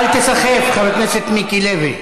אל תיסחף, חבר הכנסת מיקי לוי.